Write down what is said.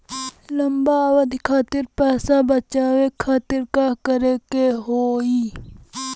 लंबा अवधि खातिर पैसा बचावे खातिर का करे के होयी?